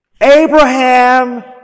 Abraham